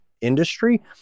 industry